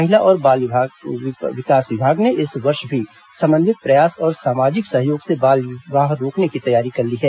महिला और बाल विकास विभाग ने इस वर्ष भी समन्वित प्रयास और सामाजिक सहयोग से बाल विवाह रोकने की तैयारी कर ली है